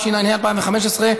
התשע"ה 2015,